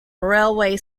railway